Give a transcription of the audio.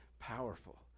powerful